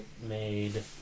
made